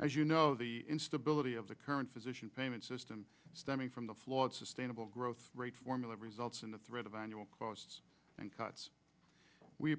as you know the instability of the current physician payment system stemming from the flawed sustainable growth rate formula results in the threat of annual costs and cuts we